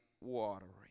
watering